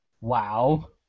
Wow